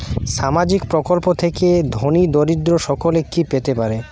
সামাজিক প্রকল্প থেকে ধনী দরিদ্র সকলে কি পেতে পারে?